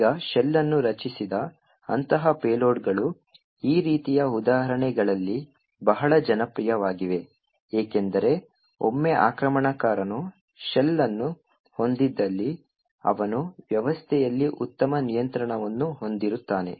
ಈಗ ಶೆಲ್ ಅನ್ನು ರಚಿಸಿದ ಅಂತಹ ಪೇಲೋಡ್ಗಳು ಈ ರೀತಿಯ ಉದಾಹರಣೆಗಳಲ್ಲಿ ಬಹಳ ಜನಪ್ರಿಯವಾಗಿವೆ ಏಕೆಂದರೆ ಒಮ್ಮೆ ಆಕ್ರಮಣಕಾರನು ಶೆಲ್ ಅನ್ನು ಹೊಂದಿದ್ದಲ್ಲಿ ಅವನು ವ್ಯವಸ್ಥೆಯಲ್ಲಿ ಉತ್ತಮ ನಿಯಂತ್ರಣವನ್ನು ಹೊಂದಿರುತ್ತಾನೆ